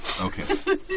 Okay